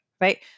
right